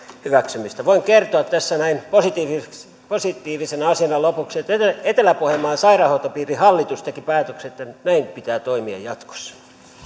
hyväksymistä voin kertoa tässä näin positiivisena asiana lopuksi että etelä pohjanmaan sairaanhoitopiirin hallitus teki päätöksen että näin pitää toimia jatkossa